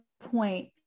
point